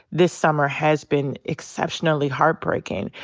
this summer has been exceptionally heartbreaking.